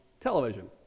television